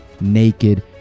naked